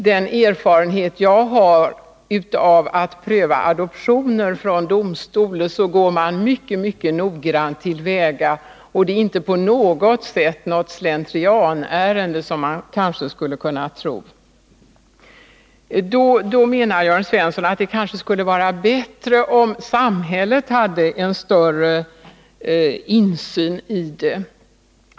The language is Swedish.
Den erfarenhet jag har av att pröva adoptioner säger mig att domstolarna går mycket noggrant till väga. Det är inte på något sätt ett slentrianärende, som man kanske skulle kunna tro. Då menar Jörn Svensson att det kanske skulle vara bättre, om samhället hade en större insyn.